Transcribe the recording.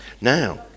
Now